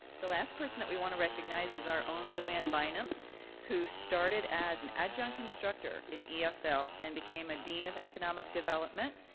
the last person that we want to recognize is our own luann bynum who started as an adjunct instructor in esl and became a dean of economic development,